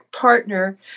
partner